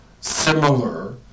similar